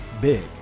big